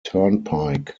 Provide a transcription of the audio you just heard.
turnpike